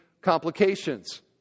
complications